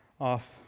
off